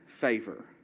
favor